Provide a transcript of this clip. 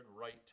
right